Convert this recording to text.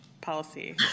policy